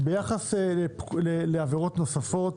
ביחס לעבירות נוספות,